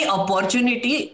opportunity